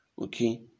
okay